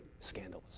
scandalous